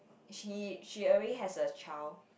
she she already has a child